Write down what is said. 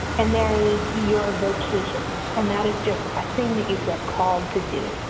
and there is your vocation, and that is just a thing that you feel called to do.